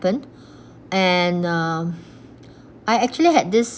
~pen and uh I actually had this